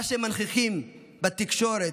מה שהם מנכיחים בתקשורת,